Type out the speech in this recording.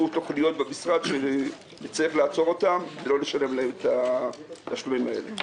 תוכניות במשרד שנצטרך לעצור ולא לשלם להם את התשלומים האלה.